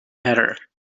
hatter